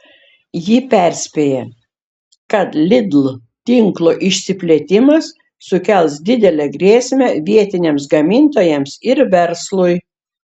ji perspėja kad lidl tinklo išsiplėtimas sukels didelę grėsmę vietiniams gamintojams ir verslui